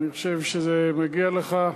אני חושב שזה מגיע לך.